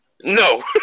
No